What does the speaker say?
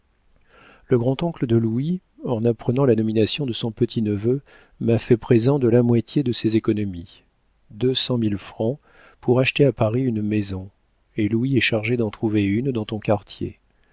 le grand-oncle de louis en apprenant la nomination de son petit-neveu m'a fait présent de la moitié de ses économies deux cent mille francs pour acheter à paris une maison et louis est chargé d'en trouver une dans ton quartier